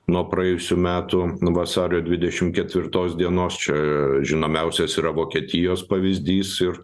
nuo praėjusių metų vasario dvidešim ketvirtos dienos čia žinomiausias yra vokietijos pavyzdys ir